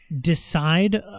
decide